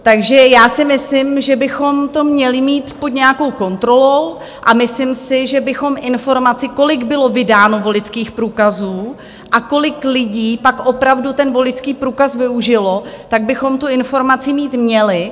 Takže já si myslím, že bychom to měli mít pod nějakou kontrolou, a myslím si, že bychom informaci, kolik bylo vydáno voličských průkazů a kolik lidí pak opravdu ten voličský průkaz využilo, tak bychom tu informaci mít měli.